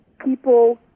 people